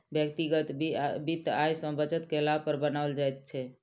व्यक्तिगत वित्त आय सॅ बचत कयला पर बनाओल जाइत छै